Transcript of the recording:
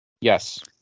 Yes